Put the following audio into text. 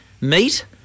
meat